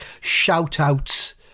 shout-outs